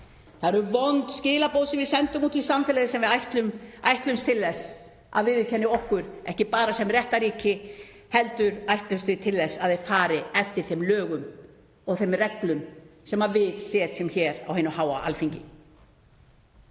hrikalega vond skilaboð sem við erum að senda út í samfélagið sem við ætlumst til að viðurkenni okkur, ekki bara sem réttarríki heldur ætlumst við til þess að fólk fari eftir þeim lögum og þeim reglum sem við setjum hér á hinu háa Alþingi.